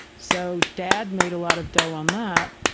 so dad made a lot of dough on that.